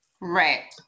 Right